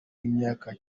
w’imyaka